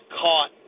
caught